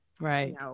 Right